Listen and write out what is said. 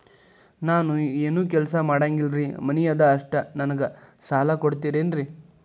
ನಾನು ಏನು ಕೆಲಸ ಮಾಡಂಗಿಲ್ರಿ ಮನಿ ಅದ ಅಷ್ಟ ನನಗೆ ಸಾಲ ಕೊಡ್ತಿರೇನ್ರಿ?